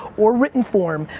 or written form.